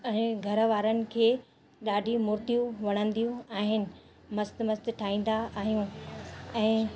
ऐं घर वारनि खे ॾाढियूं मूर्तियूं वणंदियूं आहिनि मस्त मस्त ठाहींदा आहियूं ऐं